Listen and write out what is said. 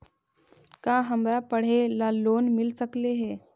का हमरा पढ़े ल लोन मिल सकले हे?